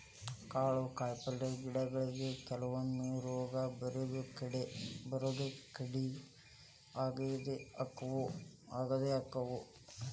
ಕಾಳು ಕಾಯಿಪಲ್ಲೆ ಗಿಡಗೊಳಿಗು ಕೆಲವೊಮ್ಮೆ ರೋಗಾ ಬರುದು ಕೇಡಿ ಆಗುದು ಅಕ್ಕಾವ